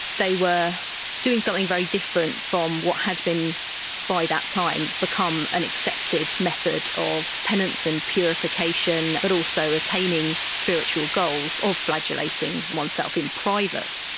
they were doing something very different from what had been by that time become an accepted method of penance and purification, but also attaining spiritual goals of flagellating oneself in private.